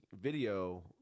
video